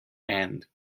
and